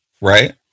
right